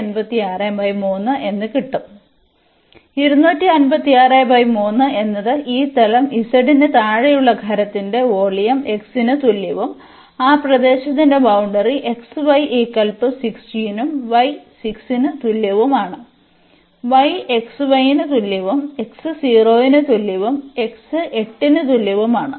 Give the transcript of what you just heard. അതിനാൽ എന്നത് ഈ തലം z ന് താഴെയുള്ള ഖരത്തിന്റെ വോള്യം x ന് തുല്യവും ആ പ്രദേശത്തിന്റെ ബൌണ്ടറി xy16 ഉം y 6 ന് തുല്യവുമാണ് y xy ന് തുല്യവും x 0 ന് തുല്യവും x 8 ന് തുല്യവുമാണ്